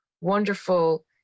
wonderful